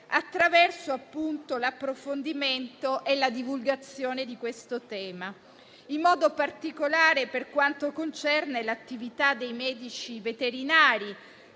attraverso l'approfondimento e la divulgazione di questo tema; in modo particolare per quanto concerne l'attività dei medici veterinari,